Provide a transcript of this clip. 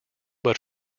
but